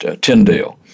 Tyndale